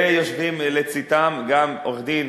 ויושבים לצדן גם עורכי-דין